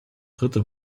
dritte